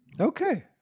Okay